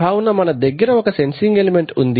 కావున మన దగ్గర ఒక సెన్సింగ్ ఎలిమెంట్ ఉంది